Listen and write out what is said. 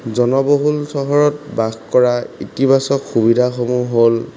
জনবহুল চহৰত বাস কৰা ইতিবাচক সুবিধাসমূহ হ'ল